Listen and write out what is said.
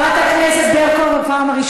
כל כך מהר, חברת הכנסת ברקו, פעם ראשונה.